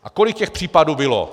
A kolik těchto případů bylo?